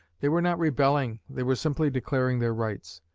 they were not rebelling, they were simply declaring their rights.